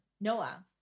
Noah